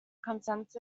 consensus